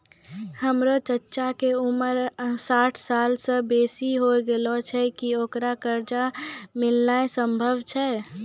हमरो चच्चा के उमर साठ सालो से बेसी होय गेलो छै, कि ओकरा कर्जा मिलनाय सम्भव छै?